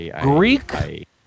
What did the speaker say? Greek